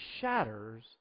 shatters